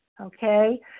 okay